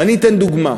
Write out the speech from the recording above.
ואני אתן דוגמה.